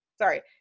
Sorry